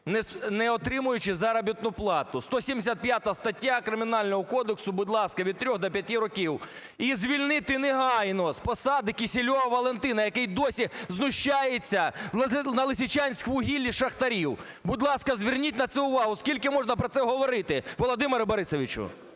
не отримуючи заробітну плату. 175 стаття Кримінального кодексу, будь ласка, від 3 до 5 років. І звільнити негайно з посади Кисельова Валентина, який досі знущається на "Лисичанськвугіллі" з шахтарів. Будь ласка, зверніть на це увагу. Скільки можна про це говорити, Володимире Борисовичу?